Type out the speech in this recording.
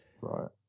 Right